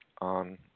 on